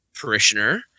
parishioner